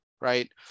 right